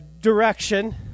direction